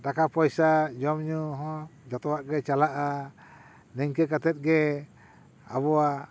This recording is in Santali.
ᱴᱟᱠᱟ ᱯᱚᱭᱥᱟ ᱡᱚᱢ ᱧᱩ ᱦᱚᱸ ᱡᱷᱚᱛᱚᱣᱟᱜ ᱜᱮ ᱪᱟᱞᱟᱜᱼᱟ ᱱᱤᱝᱠᱟᱹ ᱠᱟᱛᱮᱫ ᱜᱮ ᱟᱵᱚᱣᱟᱜ